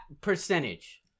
Percentage